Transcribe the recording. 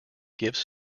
gives